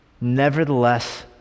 Nevertheless